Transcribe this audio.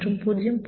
5 மற்றும் 0